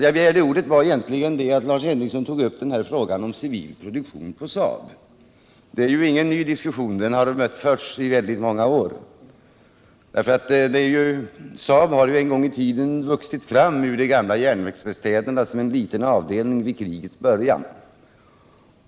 Jag begärde ordet egentligen för att Lars Henrikson tog upp frågan om civil produktion på SAAB. Den diskussionen har förts i många år. SAAB har en gång i tiden, vid krigets början, vuxit fram ur de gamla järnverksverkstäderna som en liten avdelning.